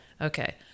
Okay